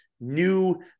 new